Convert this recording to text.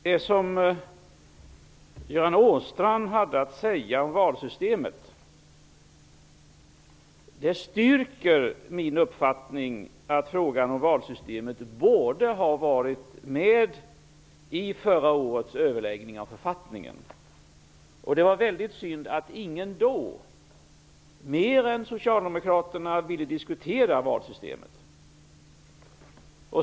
Herr talman! Det som Göran Åstrand hade att säga om valsystemet styrker min uppfattning att denna fråga borde ha funnits med i förra årets överläggningar om författningen. Det var väldigt synd att ingen mer än socialdemokraterna då ville diskutera valsystemet.